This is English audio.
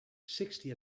sixty